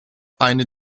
eine